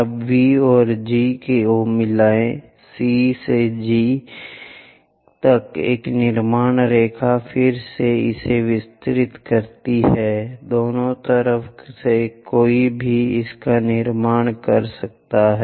अब V और G को मिलाएं C से G तक एक निर्माण रेखा फिर से इसे विस्तारित करती है दोनों तरफ से कोई भी इसका निर्माण कर सकता है